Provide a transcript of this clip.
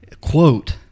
quote